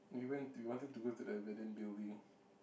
we want to we wanted to go to the abandoned building